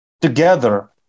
together